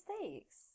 mistakes